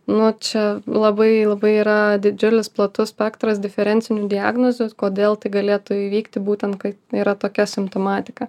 nu čia labai labai yra didžiulis platus spektras diferencinių diagnozių kodėl tai galėtų įvykti būtent kai yra tokia simptomatika